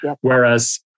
whereas